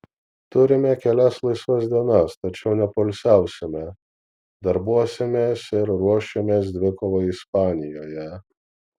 turime kelias laisvas dienas tačiau nepoilsiausime darbuosimės ir ruošimės dvikovai ispanijoje